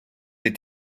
est